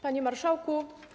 Panie Marszałku!